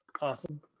Awesome